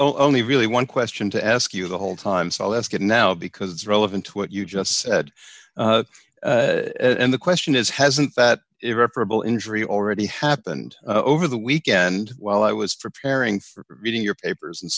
only really one question to ask you the whole time so i'll ask it now because it's relevant to what you just said and the question is hasn't that irreparable injury already happened over the weekend while i was preparing for reading your papers and